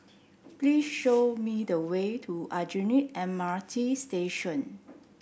please show me the way to Aljunied M R T Station